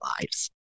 lives